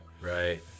Right